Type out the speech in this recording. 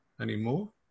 anymore